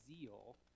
zeal